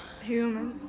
Human